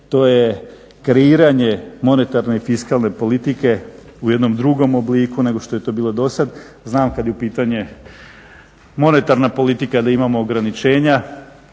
to je kreiranje monetarne fiskalne politike u jednom drugom obliku nego što je to bilo dosad. Znam kad je u pitanju monetarna politika da imamo ograničenja.